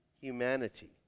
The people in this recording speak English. humanity